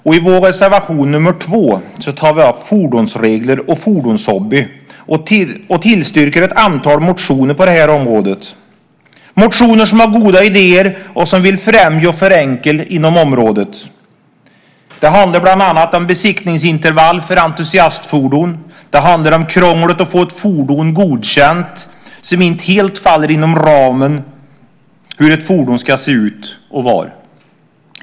I vår reservation nr 2 tar vi upp fordonsregler och fordonshobby. Vi tillstyrker ett antal motioner på det området, motioner som har goda idéer och som vill främja och förenkla inom området. Det handlar bland annat om besiktningsintervall för entusiastfordon. Det handlar om krånglet att få ett fordon godkänt som inte helt faller inom ramen för hur ett fordon ska se ut och vara.